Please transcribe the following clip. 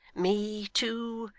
me two,